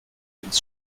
ins